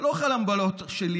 זה לא חלום בלהות שלי,